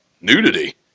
nudity